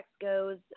goes